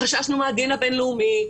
חששנו מהדין הבין-לאומי,